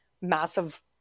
massive